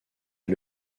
est